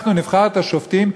אנחנו נבחר את השופטים,